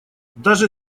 даже